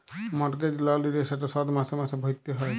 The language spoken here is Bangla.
মর্টগেজ লল লিলে সেট শধ মাসে মাসে ভ্যইরতে হ্যয়